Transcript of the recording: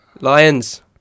Lions